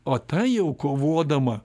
o ta jau kovodama